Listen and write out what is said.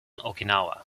okinawa